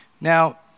Now